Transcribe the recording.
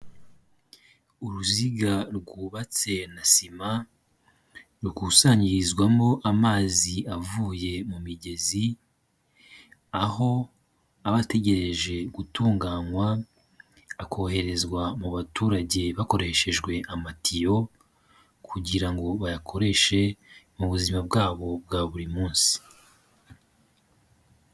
Uruziga rwubatse na sima, rukusanyirizwamo amazi avuye mu migezi, aho abategereje gutunganywa akoherezwa mu baturage bakoreshejwe amatiyo kugira ngo bayakoreshe mu buzima bwabo bwa buri munsi.